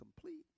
complete